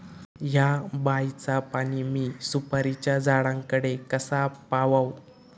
हया बायचा पाणी मी सुपारीच्या झाडान कडे कसा पावाव?